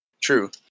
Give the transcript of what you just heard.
true